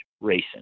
racing